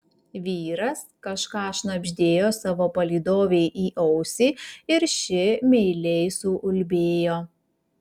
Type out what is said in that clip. vyras kažką šnabždėjo savo palydovei į ausį ir ši meiliai suulbėjo